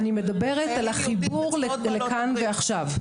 אני מדברת על החיבור לכאן ועכשיו.